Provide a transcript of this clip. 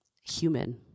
human